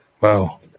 Wow